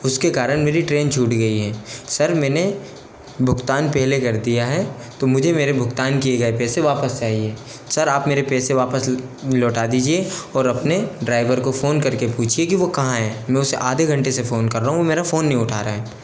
उसके कारण मेरी ट्रेन छूट गई है सर मैंने भुगतान पहले कर दिया है तो मुझे मेरे भुगतान किए गए पैसे वापस चाहिए सर आप मेरे पैसे वापस लौटा दीजिए और अपने ड्राइवर को फ़ोन कर के पूछिए कि वो कहाँ है मैं उसे आधे घंटे से फ़ोन कर रहा हूँ मेरा फ़ोन नहीं उठा रहा है